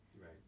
Right